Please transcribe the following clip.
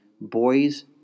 Boys